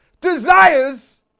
desires